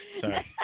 sorry